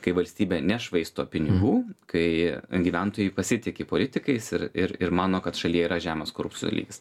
kai valstybė nešvaisto pinigų kai gyventojai pasitiki politikais ir ir ir mano kad šalyje yra žemas korupcijo lygis